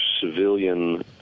civilian